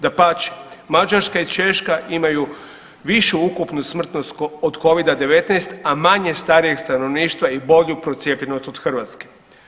Dapače, Mađarska i Češka imaju višu ukupnu smrtnost od covida-19 a manje starijeg stanovništva i bolju procijepljenost od Hrvatske.